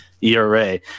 ERA